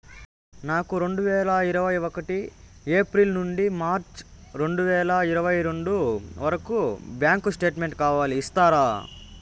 నాకు రెండు వేల ఇరవై ఒకటి ఏప్రిల్ నుండి మార్చ్ రెండు వేల ఇరవై రెండు వరకు బ్యాంకు స్టేట్మెంట్ కావాలి ఇస్తారా